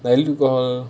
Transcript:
there you go